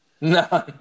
No